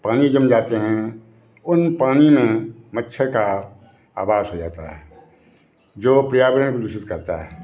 पानी जम जाते हैं उन पानी में मच्छर का आबास हो जाता है जो पर्यावरण को दूषित करता है